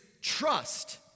trust